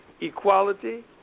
equality